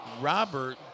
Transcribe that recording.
Robert